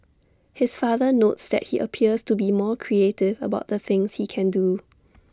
his father notes that he appears to be more creative about the things he can do